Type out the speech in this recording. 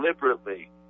deliberately